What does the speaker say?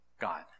God